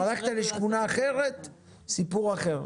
הלכת לשכונה אחרת סיפור אחר.